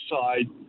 side